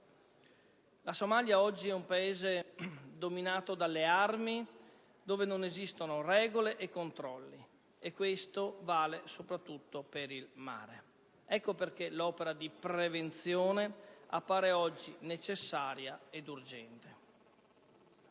La Somalia oggi è un Paese dominato dalle armi, dove non esistono regole e controlli, e questo vale soprattutto per il mare. Ecco perché l'opera di prevenzione appare oggi necessaria ed urgente.